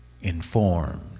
informed